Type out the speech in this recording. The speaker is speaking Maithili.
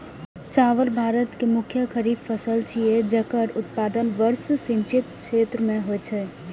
चावल भारत के मुख्य खरीफ फसल छियै, जेकर उत्पादन वर्षा सिंचित क्षेत्र मे होइ छै